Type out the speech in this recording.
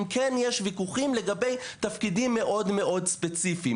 כן יש וויכוחים לגבי תפקידים מאוד ספציפיים,